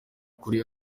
kuri